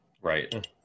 Right